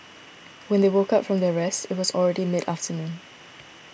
when they woke up from their rest it was already mid afternoon